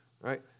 right